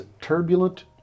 Turbulent